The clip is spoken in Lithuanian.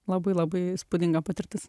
labai labai įspūdinga patirtis